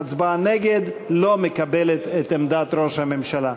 ההצבעה נגד לא מקבלת את עמדת ראש הממשלה.